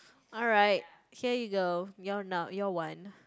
alright here you go you're not you're one